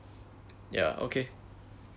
ya okay